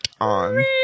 on